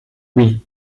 oui